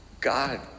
God